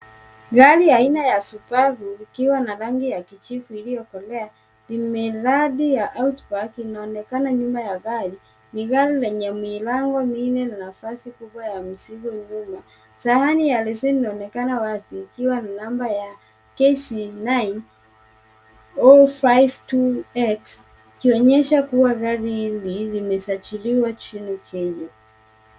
Gari aina ya Subaru likiwa na rangi ya kijivu iliyokolea limeradi ya outback inaonekana nyuma ya gari, ni gari lenye milango minne na nafasi kubwa ya mzigo nyuma. Sahani ya leseni inaonekana wazi ikiwa ni namba ya KCX 052X ikionyesha kuwa gari hili limesajiliwa nchini Kenya.